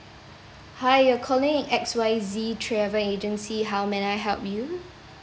hi you're calling X Y Z travel agency how may I help you